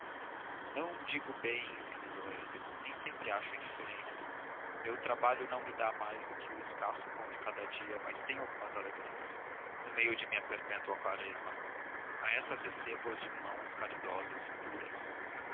não digo bem emendou ele nem sempre acho indiferença meu trabalho não me dá mais do que escasso pão de cada dia mas tenho algumas alegrias no meio de minha perpétua quaresma e essas recebo as de mãos caridosas e puras